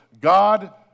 God